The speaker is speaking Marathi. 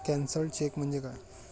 कॅन्सल्ड चेक म्हणजे काय?